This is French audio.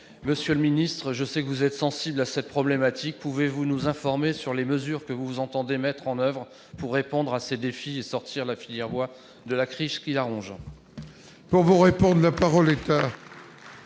Monsieur le ministre, je sais que vous êtes sensible à cette problématique, pouvez-vous nous informer sur les mesures que vous entendez mettre en oeuvre pour répondre à ces défis et sortir la filière bois de la crise qui la ronge ?